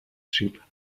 sheep